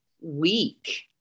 weak